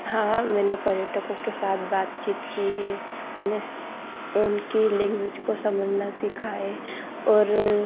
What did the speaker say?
हाँ हाँ मैंने पर्यटकों के साथ बातचीत की है उन्हें उनके लैंग्वेज को समझना सीखा है और